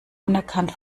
unerkannt